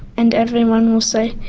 and everyone will say,